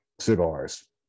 cigars